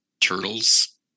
turtles